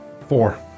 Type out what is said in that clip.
Four